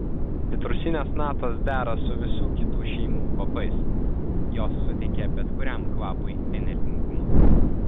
citrusinės natos dera su visų kitų šeimų kvapais jos suteikia bet kuriam kvapui energingumo